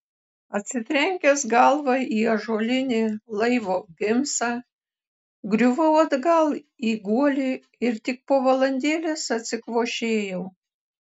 atsitrenkęs galva į ąžuolinį laivo bimsą griuvau atgal į guolį ir tik po valandėlės atsikvošėjau